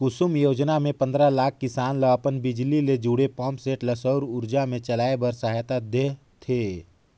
कुसुम योजना मे पंदरा लाख किसान ल अपन बिजली ले जुड़े पंप सेट ल सउर उरजा मे चलाए बर सहायता देह थे